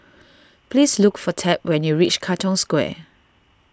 please look for Tab when you reach Katong Square